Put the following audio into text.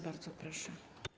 Bardzo proszę.